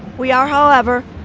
we are, however,